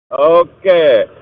Okay